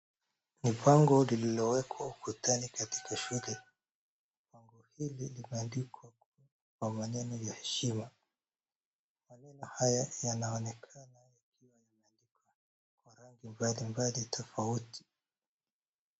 Ni bango lililowekwa ukutani katika shule. Bango hili limeandikwa kuwa na maneno ya heshima. Maneno haya yanaonekana yakiwa yameandikwa kwa rangi mbalimbali tofauti.